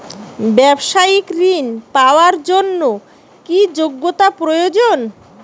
ব্যবসায়িক ঋণ পাওয়ার জন্যে কি যোগ্যতা প্রয়োজন?